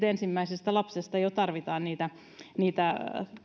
ensimmäisestä lapsesta alkaen tarvitaan niitä niitä